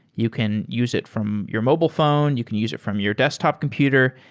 you can use it from your mobile phone. you can use it from your desktop computer,